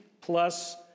plus